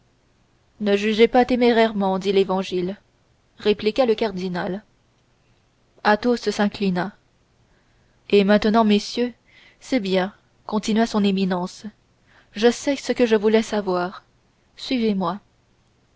ne jugez pas témérairement dit l'évangile répliqua le cardinal athos s'inclina et maintenant messieurs c'est bien continua son éminence je sais ce que je voulais savoir suivez-moi